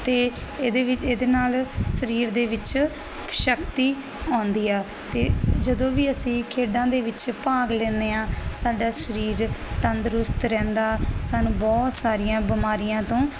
ਤੇ ਇਹਦੇ ਵਿੱਚ ਇਹਦੇ ਨਾਲ ਸਰੀਰ ਦੇ ਵਿੱਚ ਸ਼ਕਤੀ ਆਉਂਦੀ ਆ ਤੇ ਜਦੋਂ ਵੀ ਅਸੀਂ ਖੇਡਾਂ ਦੇ ਵਿੱਚ ਭਾਗ ਲੈਦੇ ਆਂ ਸਾਡਾ ਸਰੀਰ ਤੰਦਰੁਸਤ ਰਹਿੰਦਾ ਸਾਨੂੰ ਬਹੁਤ ਸਾਰੀਆਂ ਬਿਮਾਰੀਆਂ ਤੋਂ